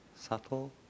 subtle